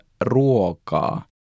ruokaa